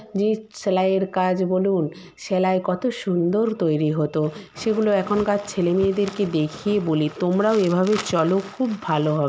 যে সেলাইয়ের কাজ বলুন সেলাই কত সুন্দর তৈরি হতো সেইগুলো এখনকার ছেলে মেয়েদেরকে দেখিয়ে বলি তোমরাও এভাবে চলো খুব ভালো হবে